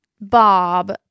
Bob